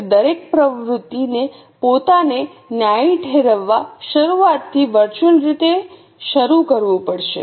તેથી દરેક પ્રવૃત્તિએ પોતાને ન્યાયી ઠેરવવા શરૂઆતથી વર્ચ્યુઅલ રીતે શરૂ કરવું પડશે